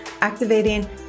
activating